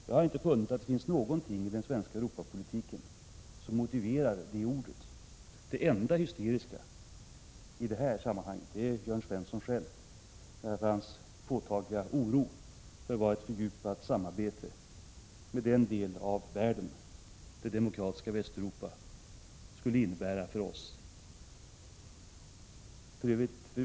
Jag har inte funnit att det finns någonting i den svenska Europapolitiken som motiverar det ordet. Det enda hysteriska i det här sammanhanget är Jörn Svensson själv och hans påtagliga oro för vad ett fördjupat samarbete med det demokratiska Västeuropa skulle innebära för oss.